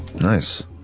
Nice